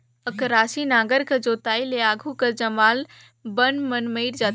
अकरासी नांगर कर जोताई ले आघु कर जामल बन मन मइर जाथे